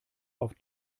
auf